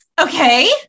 okay